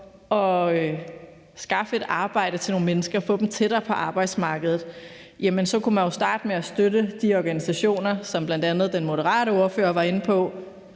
at skaffe et arbejde til nogle mennesker og få dem tættere på arbejdsmarkedet, kunne man jo, som bl.a. den moderate ordfører var inde på,